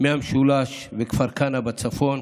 מהמשולש וכפר כנא בצפון,